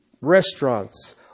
restaurants